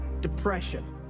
depression